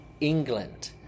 England